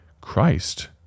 Christ